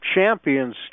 Champions